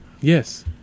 yes